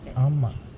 ஆம்மா:aammaa